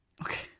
Okay